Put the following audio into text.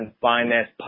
Finance